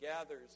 gathers